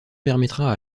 permettra